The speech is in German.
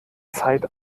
zeit